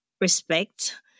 respect